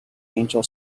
angel